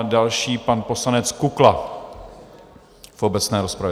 Další pan poslanec Kukla do obecné rozpravy.